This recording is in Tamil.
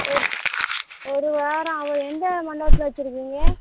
ஒரு ஒரு வாரம் ஆகும் எந்த மண்டபத்தில் வச்சுருக்கீங்க